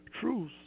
truth